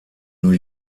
new